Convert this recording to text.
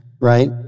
right